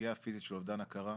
פגיעה פיזית של אובדן הכרה,